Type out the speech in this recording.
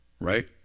right